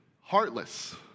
heartless